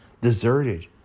deserted